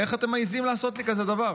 איך אתם מעיזים לעשות לי כזה דבר?